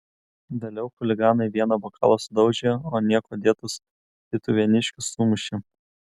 vėliau chuliganai vieną bokalą sudaužė o niekuo dėtus tytuvėniškius sumušė